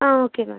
ah okay ma'am